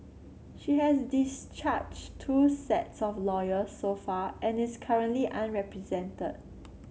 she has discharged two sets of lawyers so far and is currently unrepresented